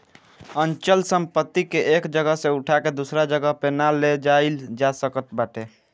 अचल संपत्ति के एक जगह से उठा के दूसरा जगही पे ना ले जाईल जा सकत बाटे